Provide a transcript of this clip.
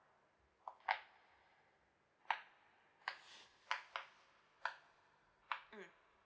mm